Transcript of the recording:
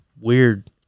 weird